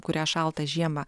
kurią šaltą žiemą